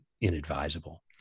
inadvisable